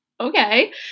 Okay